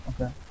Okay